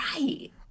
right